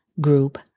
group